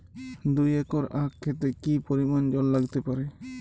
দুই একর আক ক্ষেতে কি পরিমান জল লাগতে পারে?